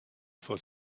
for